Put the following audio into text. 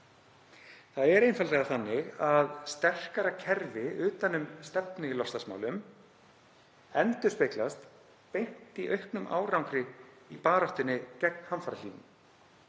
Það er einfaldlega þannig að sterkara kerfi utan um stefnu í loftslagsmálum endurspeglast beint í auknum árangri í baráttunni gegn hamfarahlýnun.